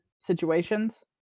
situations